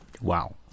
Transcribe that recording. Wow